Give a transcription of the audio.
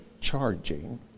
charging